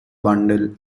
bundle